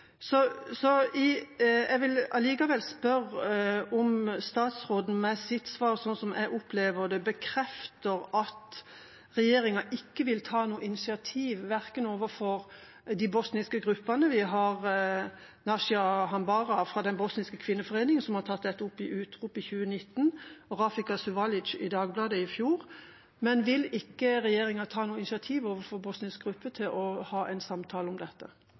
Jeg vil likevel spørre om statsråden med sitt svar, slik jeg opplever det, bekrefter at regjeringa ikke vil ta noe initiativ overfor de bosniske gruppene. Nasiha Haramba fra den bosniske kvinneforeningen har tatt dette opp i Utrop i 2019, og Refika Suvalic tok det opp i Dagbladet i fjor. Vil ikke regjeringa ta noe initiativ overfor den bosniske gruppen til å ha en samtale om dette?